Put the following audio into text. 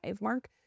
mark